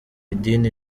idini